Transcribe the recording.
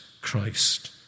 Christ